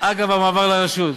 אגב המעבר לרשות.